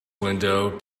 window